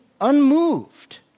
unmoved